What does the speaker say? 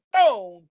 stone